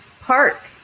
park